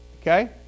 Okay